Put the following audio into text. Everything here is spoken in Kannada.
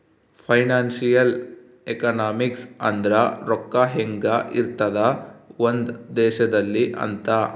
ಫೈನಾನ್ಸಿಯಲ್ ಎಕನಾಮಿಕ್ಸ್ ಅಂದ್ರ ರೊಕ್ಕ ಹೆಂಗ ಇರ್ತದ ಒಂದ್ ದೇಶದಲ್ಲಿ ಅಂತ